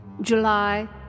July